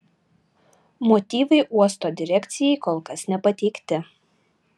motyvai uosto direkcijai kol kas nepateikti